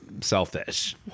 Selfish